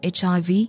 HIV